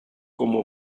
como